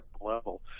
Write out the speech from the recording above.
level